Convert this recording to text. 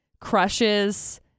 crushes